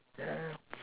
yeah yeah yeah